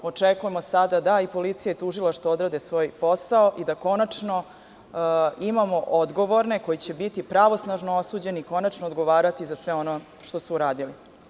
Očekujemo sada da i policija i tužilaštvo odrade svoj posao i da konačno imamo odgovorne, koji će biti pravosnažno osuđeni i konačno odgovarati za sve ono što su uradili.